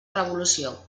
revolució